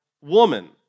woman